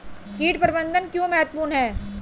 कीट प्रबंधन क्यों महत्वपूर्ण है?